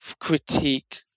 critique